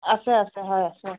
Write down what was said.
আছে আছে হয় আছে